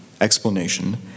explanation